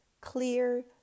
clear